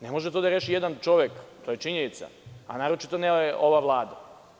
Ne može to da reši jedan čovek, to je činjenica, a naročito ne ova Vlada.